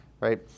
right